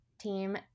team